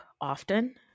often